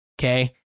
okay